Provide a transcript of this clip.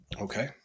Okay